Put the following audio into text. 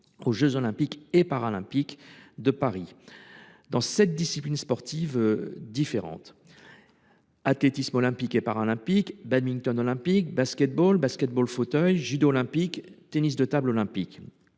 aux jeux Olympiques et Paralympiques de Paris dans sept disciplines sportives différentes : athlétisme olympique et paralympique, badminton olympique, basketball, basketball fauteuil, judo olympique, tennis de table olympique.